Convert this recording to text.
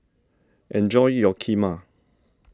enjoy your Kheema